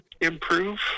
improve